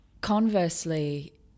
conversely